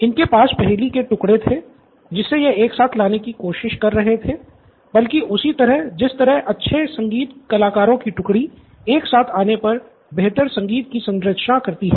इनके पास पहेली के टुकड़े थे जिसे ये एक साथ लाने की कोशिश कर रहे थे बिलकुल उसी तरह जिस तरह अच्छे संगीत कलाकारों की टुकड़ी एक साथ आने पर बेहतर संगीत की संरचना करती हैं